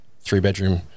three-bedroom